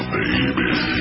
baby